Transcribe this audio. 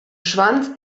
schwanz